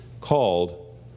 called